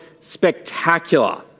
spectacular